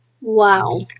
Wow